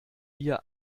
ihr